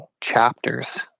chapters